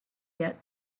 yet